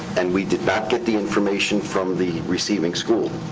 and we did not get the information from the receiving school.